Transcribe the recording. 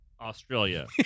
Australia